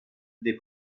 des